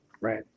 Right